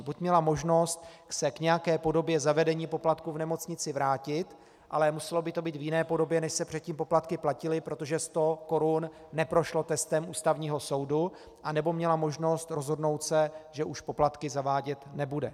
Buď měla možnost se k nějaké podobě zavedení poplatku v nemocnici vrátit, ale muselo by to být v jiné podobě, než se předtím poplatky platily, protože 100 korun neprošlo testem Ústavního soudu, anebo měla možnost se rozhodnout, že už poplatky zavádět nebude.